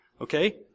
Okay